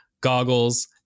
goggles